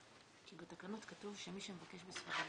בתקנות כתוב שמי שמבקש בספרדית,